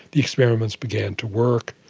the experiments began to work.